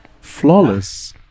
Flawless